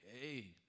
hey